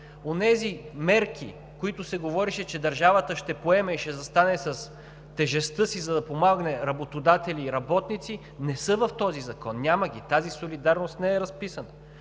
Онези мерки, които се говореше, че държавата ще поеме и ще застане с тежестта си, за да подпомогне работодатели и работници, не са в този закон – няма ги. Тази солидарност не е разписана.